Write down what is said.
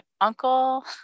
uncle